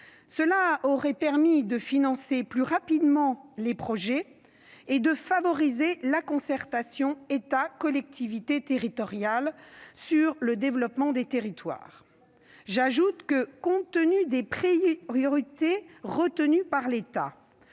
cela aurait permis de financer plus rapidement les projets et de favoriser la concertation entre l'État et les collectivités territoriales sur le développement des territoires. J'ajoute que, compte tenu des priorités retenues par l'État